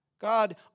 God